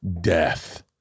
death